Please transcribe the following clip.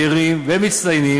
רופאים צעירים ומצטיינים